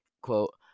quote